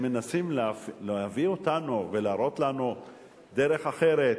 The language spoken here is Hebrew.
שמנסים להביא אותנו ולהראות לנו דרך אחרת,